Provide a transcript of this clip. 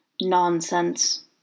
nonsense